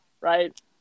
right